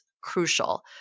crucial